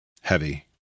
heavy